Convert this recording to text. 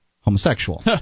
homosexual